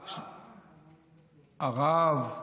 הרב.